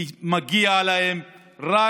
כי מגיע להם רק